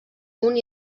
punt